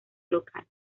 local